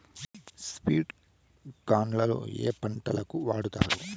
స్ప్రింక్లర్లు ఏ పంటలకు వాడుతారు?